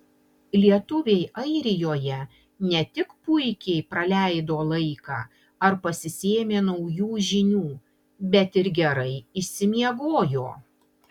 lietuviai airijoje ne tik puikiai praleido laiką ar pasisėmė naujų žinių bet ir gerai išsimiegojo